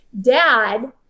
dad